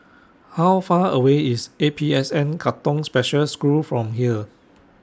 How Far away IS A P S N Katong Special School from here